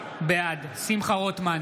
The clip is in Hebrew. בעד שמחה רוטמן,